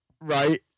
Right